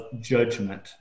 judgment